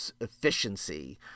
efficiency